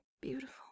beautiful